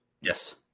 Yes